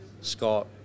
Scott